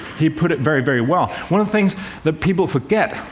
he put it very, very well. one of things that people forget,